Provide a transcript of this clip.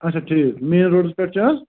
اَچھا ٹھیٖک مین روڑَس پٮ۪ٹھ چھِ حظ